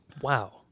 Wow